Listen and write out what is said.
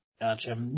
Gotcha